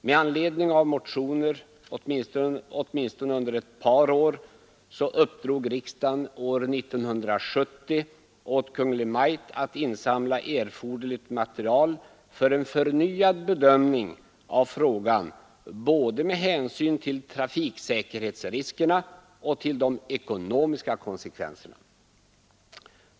Med anledning av motioner — åtminstone under ett par år — uppdrog riksdagen år 1970 åt Kungl. Maj:t att insamla erforderligt material för en förnyad bedömning av frågan med hänsyn både till trafiksäkerhetsriskerna och till de ekonomiska konsekvenserna.